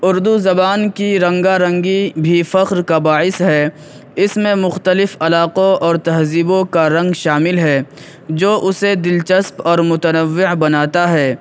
اردو زبان کی رنگا رنگی بھی فخر کا باعث ہے اس میں مختلف علاقوں اور تہذیبو کا رنگ شامل ہے جو اسے دلچسپ اور متنوع بناتا ہے